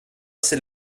ses